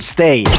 Stay